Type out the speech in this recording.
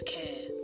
care